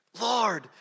Lord